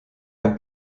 have